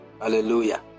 hallelujah